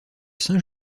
saint